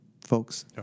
folks